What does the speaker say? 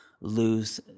lose